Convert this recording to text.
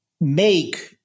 make